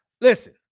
Listen